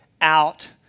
out